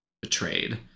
betrayed